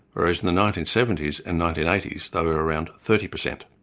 whereas in the nineteen seventy s and nineteen eighty s they were around thirty percent.